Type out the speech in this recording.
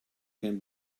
can